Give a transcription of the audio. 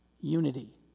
Unity